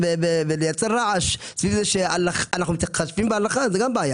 הצבעה ההסתייגות לא נתקבלה ההסתייגות לא התקבלה.